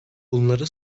bunları